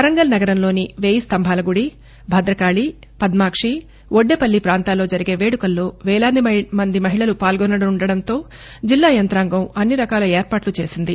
వరంగల్ నగరంలోని వేయిస్టంబాల గుడి భద్రకాళి పద్మాక్షి ఒడ్దెపల్లి పాంతాల్లో జరిగే వేడుకల్లో వేలాది మంది మహిళలు పాల్గొననుండడంతో జిల్లా యంతాంగం అన్ని రకాల ఏర్పాట్లు చేసింది